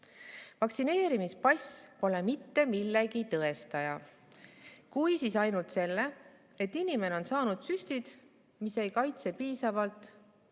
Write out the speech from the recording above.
Vaktsineerimispass pole mitte millegi tõestaja. Kui, siis ainult selle, et inimene on saanud süstid, mis ei kaitse piisavalt